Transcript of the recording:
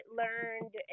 learned